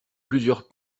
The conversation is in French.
plusieurs